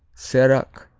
serac,